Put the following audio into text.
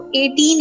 18